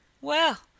Well